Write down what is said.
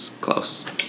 close